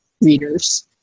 readers